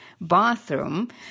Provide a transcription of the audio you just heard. bathroom